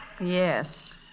Yes